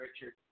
Richard